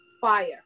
fire